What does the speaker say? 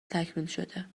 تکمیلشده